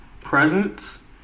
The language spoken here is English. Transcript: presence